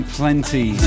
plenty